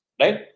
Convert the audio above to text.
Right